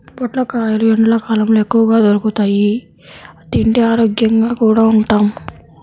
పొట్లకాయలు ఎండ్లకాలంలో ఎక్కువగా దొరుకుతియ్, తింటే ఆరోగ్యంగా కూడా ఉంటాం